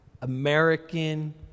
American